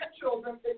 children